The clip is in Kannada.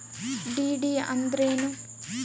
ಡಿ.ಡಿ ಅಂದ್ರೇನು?